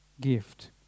gift